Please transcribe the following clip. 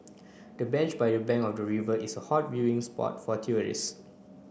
the bench by the bank of the river is a hot viewing spot for tourist